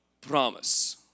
promise